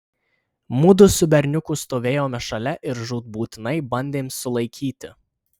mudu su berniuku stovėjome šalia ir žūtbūtinai bandėm sulaikyti